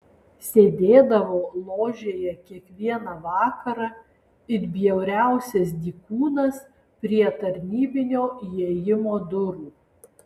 sėdėdavo ložėje kiekvieną vakarą it bjauriausias dykūnas prie tarnybinio įėjimo durų